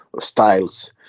styles